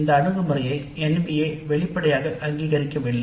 இந்த அணுகுமுறையை NBA வெளிப்படையாக அங்கீகரிக்கவில்லை